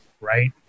right